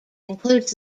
includes